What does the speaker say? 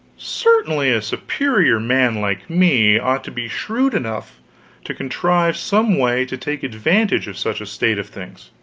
certainly a superior man like me ought to be shrewd enough to contrive some way to take advantage of such a state of things.